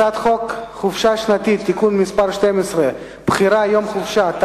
הצעת חוק חופשה שנתית (תיקון מס' 12) (בחירת יום חופשה),